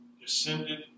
descended